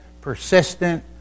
persistent